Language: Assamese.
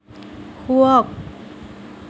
শোৱক